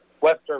Western